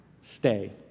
stay